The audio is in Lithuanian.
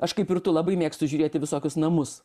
aš kaip ir tu labai mėgstu žiūrėti visokius namus